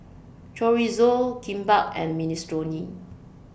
Chorizo Kimbap and Minestrone